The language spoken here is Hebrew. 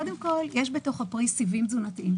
קודם כול יש בתוך הפרי סיבים תזונתיים.